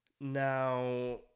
Now